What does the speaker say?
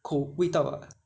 口味道 [what]